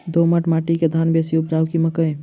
दोमट माटि मे धान बेसी उपजाउ की मकई?